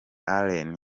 allen